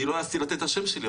אני לא העזתי לתת את השם שלי,